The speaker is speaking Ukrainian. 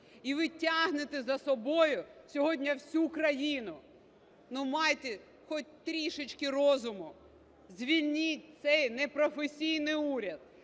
І ви тягнете за собою сьогодні всю країну. Майте хоч трішечки розуму, звільніть цей непрофесійний уряд,